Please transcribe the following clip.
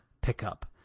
pickup